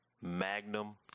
Magnum